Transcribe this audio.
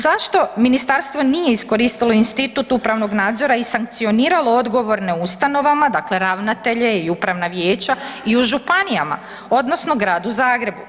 Zašto ministarstvo nije iskoristilo institut upravnog nadzora i sankcioniralo odgovorne u ustanovama, dakle ravnatelje i upravna vijeća i u županijama odnosno Gardu Zagrebu?